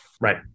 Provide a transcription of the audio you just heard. right